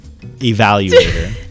evaluator